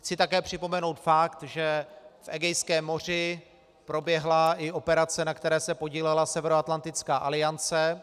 Chci také připomenout fakt, že v Egejském moři proběhla i operace, na které se podílela Severoatlantická aliance.